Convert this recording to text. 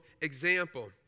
example